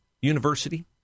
university